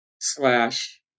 slash